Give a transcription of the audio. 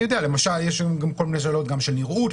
יש שם גם כל מיני שאלות של נראות,